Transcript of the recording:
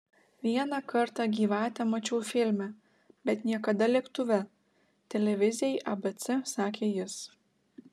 vieną kartą gyvatę mačiau filme bet niekada lėktuve televizijai abc sakė jis